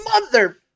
mother